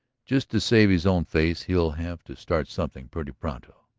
just to save his own face he'll have to start something pretty pronto.